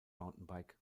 mountainbike